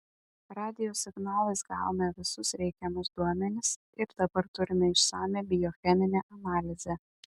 radijo signalais gavome visus reikiamus duomenis ir dabar turime išsamią biocheminę analizę